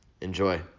Enjoy